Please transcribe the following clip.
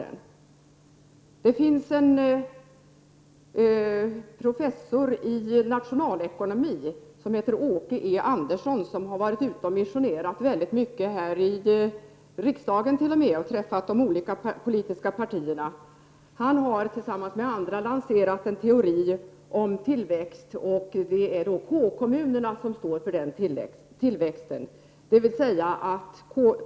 Åke E Andersson, professor i nationalekonomi, har missionerat t.o.m. här i riksdagen och har träffat representanter för de olika partierna. Han har tillsammans med andra lanserat en teori om tillväxt. Det är de s.k. K kommunerna som står för tillväxten.